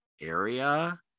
area